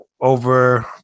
over